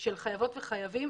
של חייבות וחייבים,